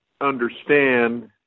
understand